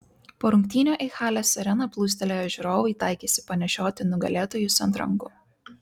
po rungtynių į halės areną plūstelėję žiūrovai taikėsi panešioti nugalėtojus ant rankų